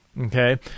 Okay